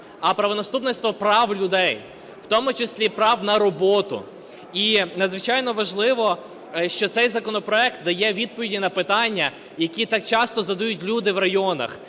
а правонаступництво прав людей, в тому числі і прав на роботу. І надзвичайно важливо, що цей законопроект дає відповіді на питання, які так часто задають люди в районах,